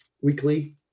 weekly